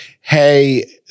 hey